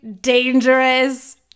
dangerous